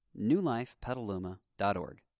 newlifepetaluma.org